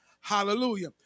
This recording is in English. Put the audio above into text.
Hallelujah